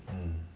mmhmm